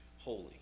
holy